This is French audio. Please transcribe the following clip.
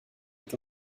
est